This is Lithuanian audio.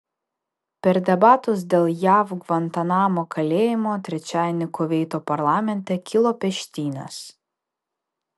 per debatus dėl jav gvantanamo kalėjimo trečiadienį kuveito parlamente kilo peštynės